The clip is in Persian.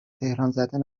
تهرانزده